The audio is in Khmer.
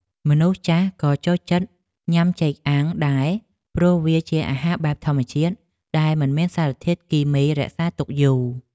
មនុស្សចាស់ក៏ចូលចិត្តញ៉ាំចេកអាំងដែរព្រោះវាជាអាហារបែបធម្មជាតិដែលមិនមានសារធាតុគីមីរក្សាទុកយូរ។